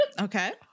Okay